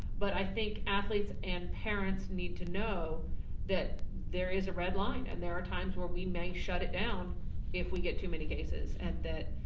but i think athletes and parents need to know that there is a red line and there are times where we may shut it down if we get too many cases and that,